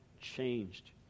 changed